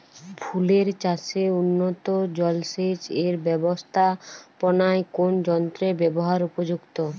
ফুলের চাষে উন্নত জলসেচ এর ব্যাবস্থাপনায় কোন যন্ত্রের ব্যবহার উপযুক্ত?